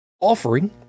offering